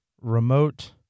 remote